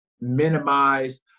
minimize